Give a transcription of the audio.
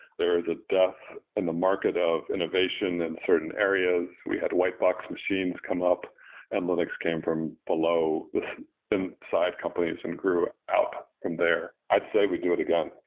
there is a deal in the market of innovation in certain areas. we had white box machines come up and linux came from below inside companies and grew up from there. i'd say we do it again.